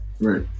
Right